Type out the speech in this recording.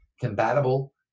Compatible